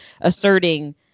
asserting